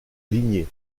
lignée